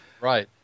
Right